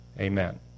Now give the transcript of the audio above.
Amen